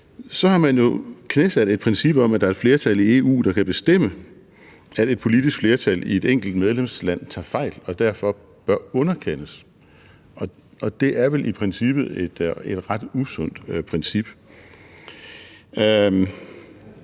har man jo knæsat et princip om, at der er et flertal i EU, der kan bestemme, at et politisk flertal i et enkelt medlemsland tager fejl og derfor bør underkendes, og det er vel i princippet et ret usundt princip.